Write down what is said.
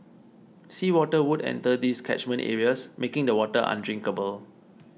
sea water would enter these catchment areas making the water undrinkable